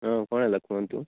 ହଁ କ'ଣ ହେଲା କୁହନ୍ତୁ